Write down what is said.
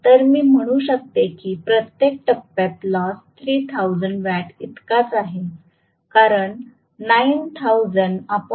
तर मी म्हणू शकते की प्रत्येक टप्प्यात लॉस 3000 वॅट इतकाच आहे कारण 90003